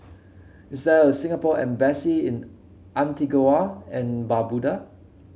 is there a Singapore Embassy in Antigua and Barbuda